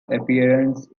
appearance